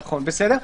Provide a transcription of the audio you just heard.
נכון, בסדר?